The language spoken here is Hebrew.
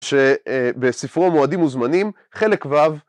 שבספרו מועדים וזמנים חלק ו.